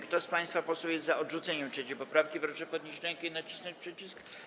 Kto z państwa posłów jest za odrzuceniem 3. poprawki, proszę podnieść rękę i nacisnąć przycisk.